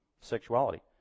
sexuality